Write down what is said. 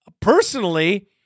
personally